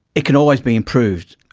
it can always be improved.